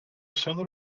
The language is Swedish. känner